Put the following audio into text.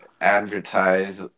advertise